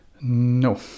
No